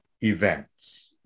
events